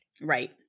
Right